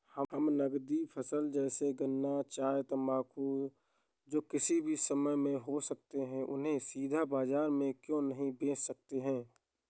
हम नगदी फसल जैसे गन्ना चाय तंबाकू जो किसी भी समय में हो सकते हैं उन्हें सीधा बाजार में क्यो नहीं बेच सकते हैं?